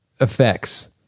effects